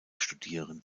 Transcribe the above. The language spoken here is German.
studieren